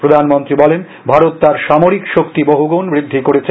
প্রধানমন্ত্রী বলেন ভারত তার সামরিক শক্তি বহুগুণ বৃদ্ধি করেছে